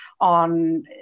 on